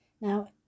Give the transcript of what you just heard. Now